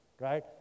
right